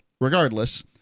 regardless